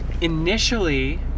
initially